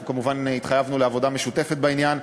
אנחנו כמובן התחייבנו לעבודה משותפת בעניין,